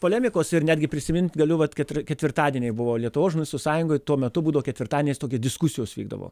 polemikos ir netgi prisimint galiu vat keturi ketvirtadieniai buvo lietuvos žurnalistų sąjungoj tuo metu būdavo ketvirtadieniais tokie diskusijos vykdavo